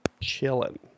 chilling